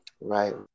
Right